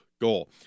goal